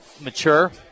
mature